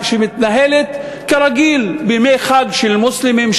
שמתנהלת כרגיל בימי חג של מוסלמים,